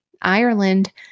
Ireland